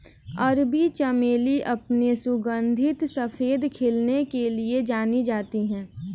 अरबी चमेली अपने सुगंधित सफेद खिलने के लिए जानी जाती है